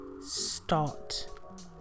start